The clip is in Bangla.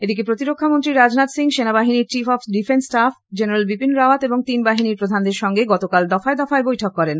এদিকে প্রতিরক্ষা মন্ত্রী রাজনাথ সিং সেনাবাহিনীর chief of defence staff general Bipin Rawat এবং তিন বাহিনীর প্রধানদের সঙ্গে গতকাল দফায় দফায় বৈঠক করেন